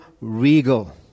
regal